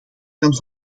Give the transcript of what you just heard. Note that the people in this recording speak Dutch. kan